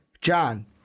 John